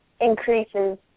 increases